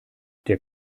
der